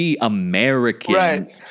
American